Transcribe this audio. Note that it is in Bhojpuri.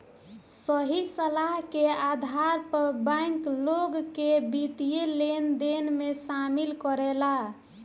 सही सलाह के आधार पर बैंक, लोग के वित्तीय लेनदेन में शामिल करेला